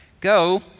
Go